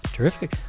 Terrific